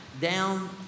down